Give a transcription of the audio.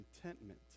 contentment